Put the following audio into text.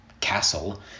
castle